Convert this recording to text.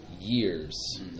years